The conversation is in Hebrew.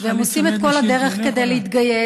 והם עושים את כל הדרך כדי להתגייס,